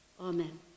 Amen